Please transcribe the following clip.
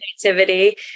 creativity